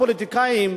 הפוליטיקאים,